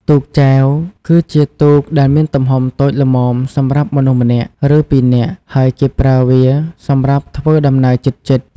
ទូកចែវ គឺជាទូកដែលមានទំហំតូចល្មមសម្រាប់មនុស្សម្នាក់ ឬពីរនាក់ ហើយគេប្រើវាសម្រាប់ធ្វើដំណើរជិតៗ។